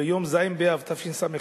ביום ז' באב תשס"ט,